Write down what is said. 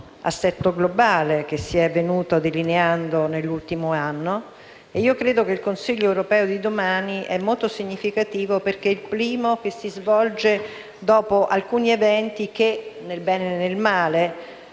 assetto globale che si è venuto delineando nell'ultimo anno e io credo che il Consiglio europeo di domani sia molto significativo, perché è il primo che si svolge dopo alcuni eventi che, nel bene e nel male,